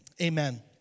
amen